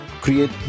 create